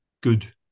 good